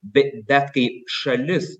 be bet kai šalis